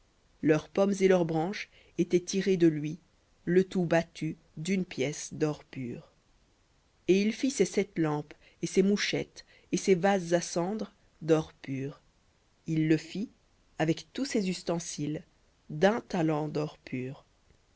leurs pommes et leurs branches étaient de lui le tout battu d'une pièce d'or pur et il fit ses sept lampes et ses mouchettes et ses vases à cendre d'or pur il le fit avec tous ses ustensiles d'un talent d'or pur